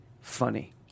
funny